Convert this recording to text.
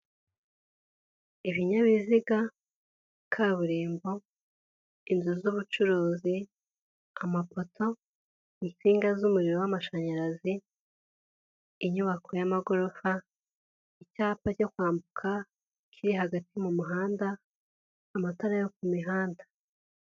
Ibinyabiziga, kaburimbo, inzu z'ubucuruzi, amapoto, insinga z'umuriro w'amashanyarazi, inyubako y'amagorofa, icyapa cyo kwambuka kiri hagati mu muhanda, amatara yo ku mihanda.